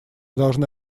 должны